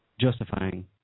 justifying